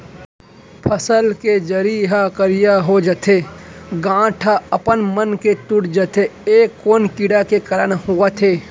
फसल के जरी ह करिया हो जाथे, गांठ ह अपनमन के टूट जाथे ए कोन कीड़ा के कारण होवत हे?